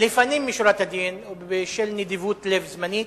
לפנים משורת הדין ובשל נדיבות לב זמנית.